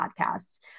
podcasts